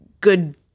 good